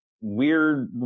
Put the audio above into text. weird